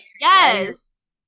Yes